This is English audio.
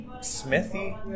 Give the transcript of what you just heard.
smithy